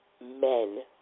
men